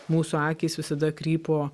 mūsų akys visada krypo